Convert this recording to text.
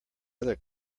other